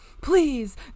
Please